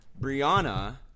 Brianna